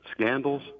scandals